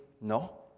no